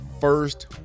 first